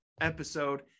episode